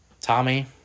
Tommy